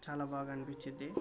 చాలా బాగా అనిపిచ్చిద్ధి